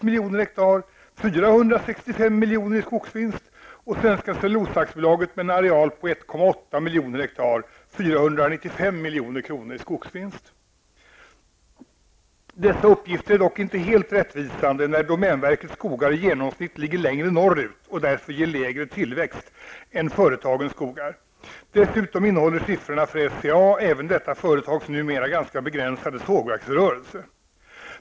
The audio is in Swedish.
Då hade domänverket, med ett markinnehav om 4 Dessa uppgifter är dock inte helt rättvisande, enär domänverkets skogar i genomsnitt ligger längre norrut och därför ger mindre tillväxt än företagets skogar. Dessutom omfattar siffrorna för SCA även detta företags numera ganska begränsade sågverksrörelse.